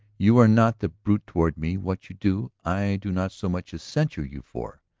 you are not the brute toward me what you do, i do not so much as censure you for.